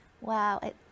Wow